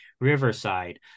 Riverside